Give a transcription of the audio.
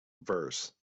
verse